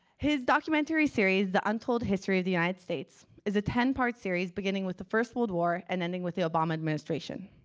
his documentary series the untold history of the united states is a ten part series beginning with the first world war and ending with the obama administration.